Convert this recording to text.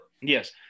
Yes